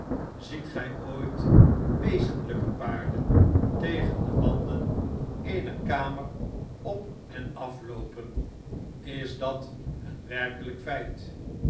ziet gn ooit wezenlijke paarden tegen de wanden eener kamer op en afloopen is dat een werkelijk feit